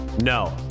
No